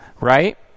Right